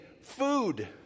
food